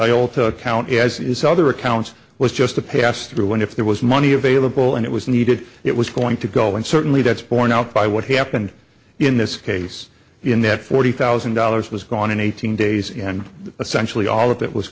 to account as it is other accounts was just a pass through and if there was money available and it was needed it was going to go and certainly that's borne out by what happened in this case in that forty thousand dollars was gone in eighteen days and essentially all of that was